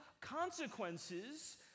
consequences